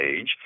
age